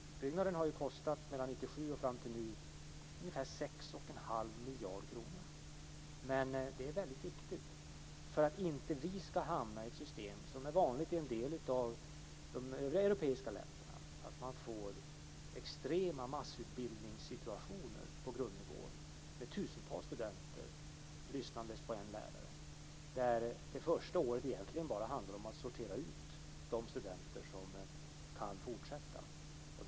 Utbyggnaden har från 1997 och fram till nu kostat ungefär 6,5 miljarder kronor. Men utbyggnaden är väldigt viktig för att vi inte ska hamna i ett system som är vanligt i en del av de europeiska länderna, att man får extrema massutbildningssituationer på grundnivån med tusentals studenter lyssnande på en lärare. Det första året handlar egentligen bara om att sortera ut de studenter som kan fortsätta.